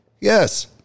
Yes